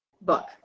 book